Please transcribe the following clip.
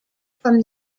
from